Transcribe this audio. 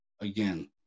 again